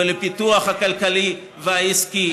ובפיתוח הכלכלי והעסקי של העיר.